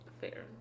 fair